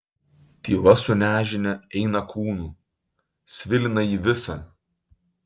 tyla su nežinia eina kūnu svilina jį visą